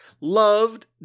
Loved